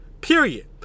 period